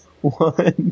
One